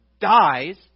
dies